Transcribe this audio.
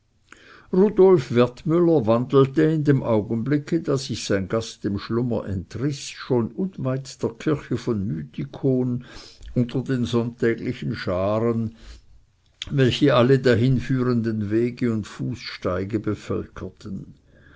wertmüller wandelte in dem augenblicke da sich sein gast dem schlummer entriß schon unweit der kirche von mythikon unter den sonntäglichen scharen welche alle dahinführenden wege und fußsteige bevölkerten